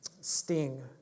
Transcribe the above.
sting